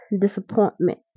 disappointment